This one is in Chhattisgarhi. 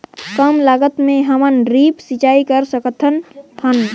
कम लागत मे हमन ड्रिप सिंचाई कर सकत हन?